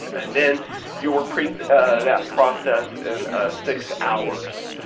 and then you'll repeat that process in six hours